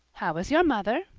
how is your mother?